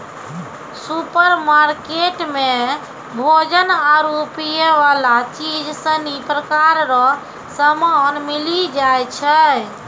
supermarket मे भोजन आरु पीयवला चीज सनी प्रकार रो समान मिली जाय छै